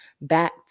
back